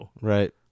Right